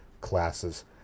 classes